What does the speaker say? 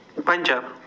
puncture